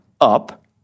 up